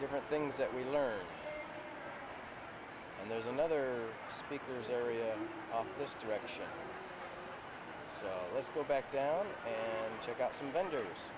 different things that we learn and there's another speakers area this direction let's go back down and check out some vendors